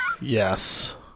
Yes